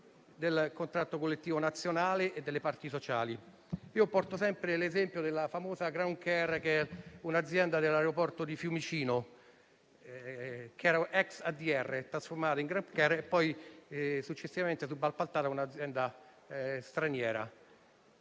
del contratto collettivo nazionale e delle parti sociali? Io porto sempre l'esempio della famosa società Groundcare, un'azienda dell'aeroporto di Fiumicino, ex ADR trasformata in Groundcare e poi successivamente subappaltata a un'azienda straniera.